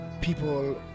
people